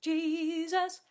Jesus